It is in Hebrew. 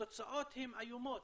התוצאות הן איומות,